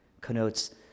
connotes